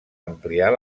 ampliar